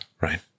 right